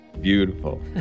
Beautiful